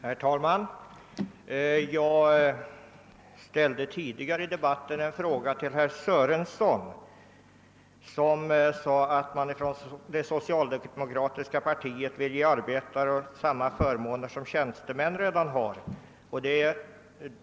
Herr talman! Jag ställde tidigare i debatten en fråga till herr Sörenson med anledning av att han sade att det socialdemokratiska partiet vill ge arbetare samma förmåner som tjänstemän redan har.